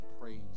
praise